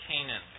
Canaan